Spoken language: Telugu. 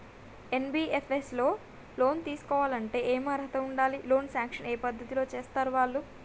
ఎన్.బి.ఎఫ్.ఎస్ లో లోన్ తీస్కోవాలంటే ఏం అర్హత ఉండాలి? లోన్ సాంక్షన్ ఏ పద్ధతి లో చేస్తరు వాళ్లు?